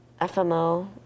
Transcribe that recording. FMO